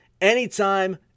anytime